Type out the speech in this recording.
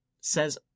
says